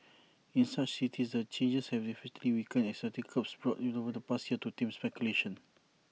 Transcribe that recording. in such cities the changes have effectively weakened existing curbs brought in over the past year to tame speculation